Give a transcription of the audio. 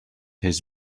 his